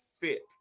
fit